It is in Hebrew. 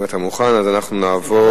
אנחנו נתחיל.